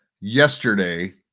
yesterday